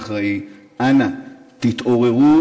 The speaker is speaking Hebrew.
האחראי: אנא תתעוררו,